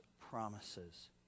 promises